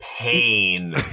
Pain